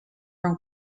from